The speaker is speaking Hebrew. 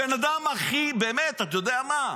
הבן אדם הכי, באמת, אתה יודע מה?